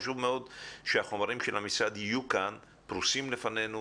חשוב מאוד שהחומרים של המשרד יהיה כאן פרושים בפנינו,